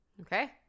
Okay